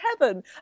heaven